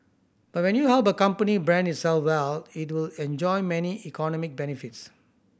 but when you help a company brand itself well it will enjoy many economic benefits